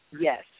Yes